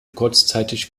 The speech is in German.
kurzzeitig